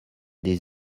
des